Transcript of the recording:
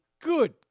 Good